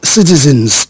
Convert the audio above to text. Citizens